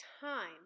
time